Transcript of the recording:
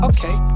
Okay